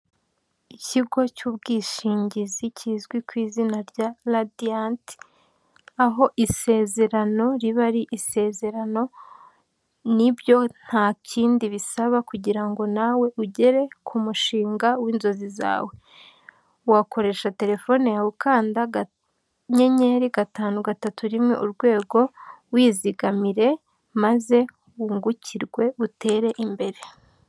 Ikigo cy'ubwishingizi kizwi ku izina rya Radiant, aho isezerano riba ari isezerano, ni byo nta kindi bisaba kugira ngo na we ugere ku mushinga w'inzozi zawe, wakoresha telefone yawe ukanda akanyenyeri gatanu, gatatu, rimwe, urwego, wizigamire maze wungukirwe utere imbere.